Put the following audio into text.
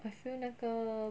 I feel 那个